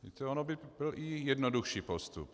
Víte, on by byl i jednodušší postup.